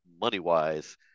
money-wise